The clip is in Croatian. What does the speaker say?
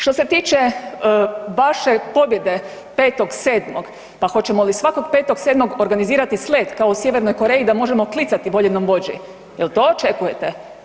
Što se tiče vaše pobjede 5.7., pa hoćemo li svakog 5.7. organizirati slet kao u Sjevernoj Koreji da možemo klicati voljenom vođi, jel to očekujete?